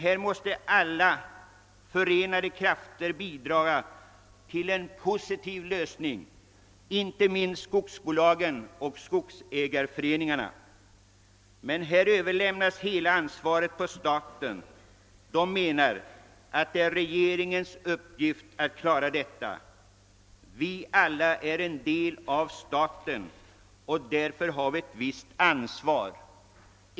Här måste alla med förenade krafter bidra till en positiv lösning, inte minst skogsbolagen och skogsägarföreningarna, men hela ansvaret övervältras på staten. Man menar att det är regeringens uppgift att klara svårigheterna. Vi alla är dock en del av staten, och därför har vi ett visst ansvar.